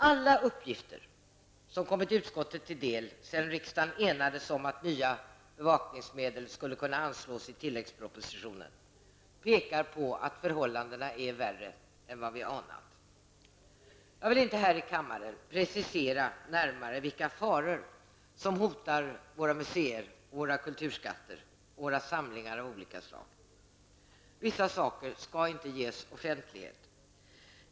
Alla uppgifter som kommit utskottet till del sedan riksdagen enades om att nya bevakningsmedel skulle kunna anslås i tilläggspropositionen pekar på att förhållandena är värre än vad vi anat. Jag vill inte här i kammaren närmare precisera vilka faror som hotar våra museer, våra kulturskatter och våra samlingar av olika slag. Vissa saker skall inte ges offentlighet.